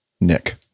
Nick